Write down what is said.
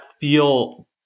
feel